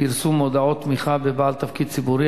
מודעות תמיכה בבעל תפקיד ציבורי),